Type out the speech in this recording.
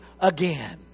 again